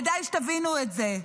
כדאי שתבינו את זה.